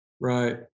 Right